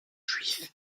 juifs